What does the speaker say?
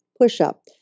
push-up